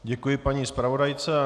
Děkuji paní zpravodajce.